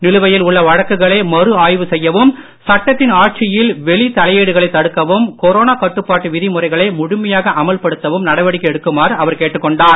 நிலுவையில் உள்ள வழக்குகளை மறு ஆய்வு செய்யவும் சட்டத்தின் ஆட்சியில் வெளித் தலையீடுகளை தடுக்கவும் கொரோனா கட்டுப்பாட்டு விதிமுறைகளை முழுமையாக அமல்படுத்தவும் நடவடிக்கை எடுக்குமாறு அவர் கேட்டுக் கொண்டார்